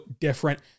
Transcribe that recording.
different